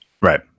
Right